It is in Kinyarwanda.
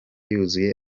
yuzuye